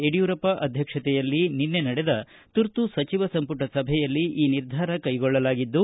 ಯಡಿಯೂರಪ್ಪ ಅಧ್ಯಕ್ಷತೆಯಲ್ಲಿ ನಿನ್ನೆ ನಡೆದ ತುರ್ತು ಸಚಿವ ಸಂಪುಟ ಸಭೆಯಲ್ಲಿ ಈ ನಿರ್ಧಾರ ಕೈಗೊಳ್ಳಲಾಗಿದ್ದು